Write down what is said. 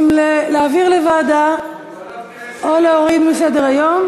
אם להעביר לוועדה או להוריד מסדר-היום.